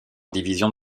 divisions